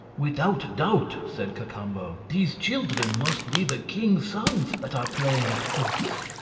without doubt, said cacambo, these children must be the king's sons that are playing at quoits!